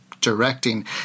directing